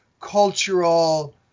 cultural